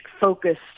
focused